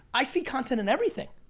i see content in everything.